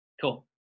cool